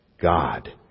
God